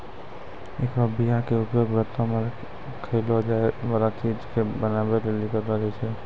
एकरो बीया के उपयोग व्रतो मे खयलो जाय बाला चीजो के बनाबै लेली करलो जाय छै